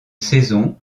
saison